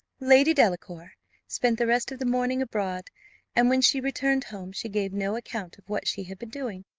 lady delacour spent the rest of the morning abroad and when she returned home, she gave no account of what she had been doing,